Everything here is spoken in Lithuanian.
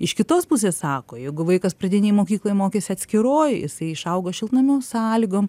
iš kitos pusės sako jeigu vaikas pradinėj mokykloje mokėsi atskiroj jisai išaugo šiltnamio sąlygom